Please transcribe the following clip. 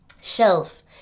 shelf